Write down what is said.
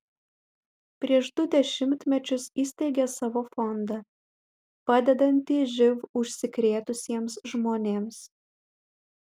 prieš du dešimtmečius įsteigė savo fondą padedantį živ užsikrėtusiems žmonėms